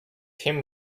him